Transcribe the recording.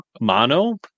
mono